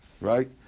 Right